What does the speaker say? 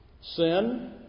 sin